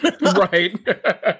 right